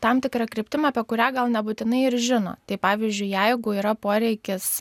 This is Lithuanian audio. tam tikra kryptim apie kurią gal nebūtinai ir žino tai pavyzdžiui jeigu yra poreikis